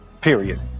Period